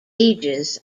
ages